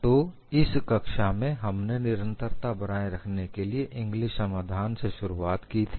तो इस कक्षा में हमने निरंतरता बनाए रखने के लिए इंग्लिस समाधान से शुरुआत की थी